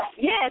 Yes